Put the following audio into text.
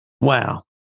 Wow